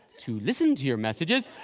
to listen to your messages.